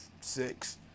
six